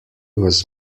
was